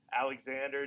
Alexander